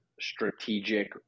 strategic